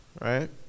Right